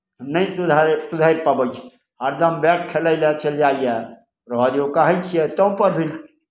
नहि सुधरि सुधरि पबै छै हरदम बैट खेलय लेल चलि जाइए रहय दियौ कहै छियै तबपर भी